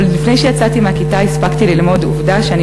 אבל עוד לפני שיצאתי מהכיתה הספקתי ללמוד עובדה שאני